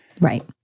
Right